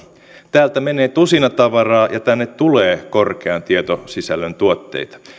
täältä menee tusinatavaraa ja tänne tulee korkean tietosisällön tuotteita